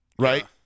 Right